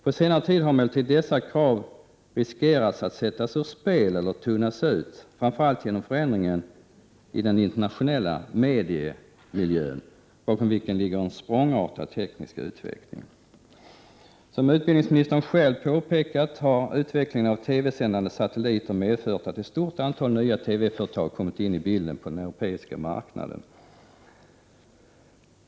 På senare tid har dessa krav utsatts för risken att sättas ur spel eller tunnas ut, framför allt genom förändringar i den internationella mediemiljön, bakom vilken ligger en språngartad teknisk utveckling. Som utbildningsministern själv påpekat har utvecklingen av TV-sändande satelliter medfört att ett stort antal nya TV-företag kommit in i bilden på den europeiska marknaden.